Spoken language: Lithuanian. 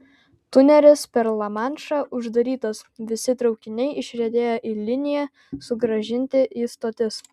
tunelis per lamanšą uždarytas visi traukiniai išriedėję į liniją sugrąžinti į stotis